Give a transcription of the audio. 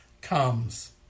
comes